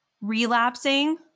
relapsing